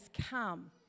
come